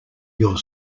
your